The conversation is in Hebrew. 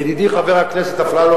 ידידי חבר הכנסת אפללו,